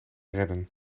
redden